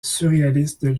surréaliste